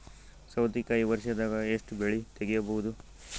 ಸೌತಿಕಾಯಿ ವರ್ಷದಾಗ್ ಎಷ್ಟ್ ಬೆಳೆ ತೆಗೆಯಬಹುದು?